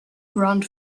grand